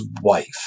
wife